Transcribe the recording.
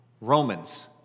Romans